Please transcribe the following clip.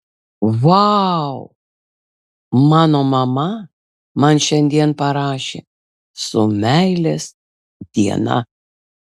vau mano mama man šiandien parašė su meilės diena